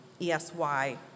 ESY